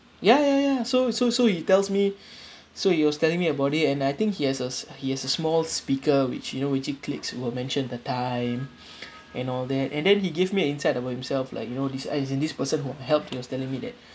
ya ya ya so so so he tells me so he was telling me about it and I think he has a he has a small speaker which you know which you clicks it will mention the time and all that and then he gave me an insight about himself like you know this as in this person who helped he was telling me that